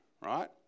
right